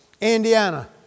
Indiana